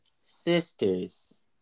sisters